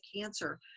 cancer